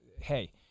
hey